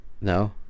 No